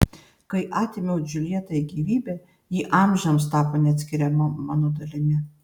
kai atėmiau džiuljetai gyvybę ji amžiams tapo neatskiriama mano dalimi